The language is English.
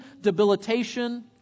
debilitation